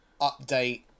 update